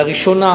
לראשונה